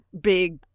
big